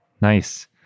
Nice